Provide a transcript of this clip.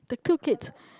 the cool kids